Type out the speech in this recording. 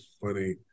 funny